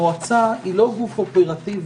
המועצה היא לא גוף אופרטיבי.